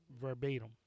verbatim